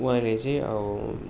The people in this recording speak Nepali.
उहाँहरूले चाहिँ अब